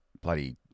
bloody